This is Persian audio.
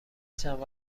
چند